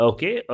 Okay